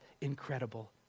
incredible